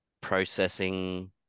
processing